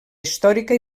històrica